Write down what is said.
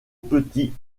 petit